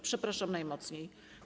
Przepraszam najmocniej.